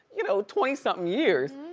you know, twenty somethin' years,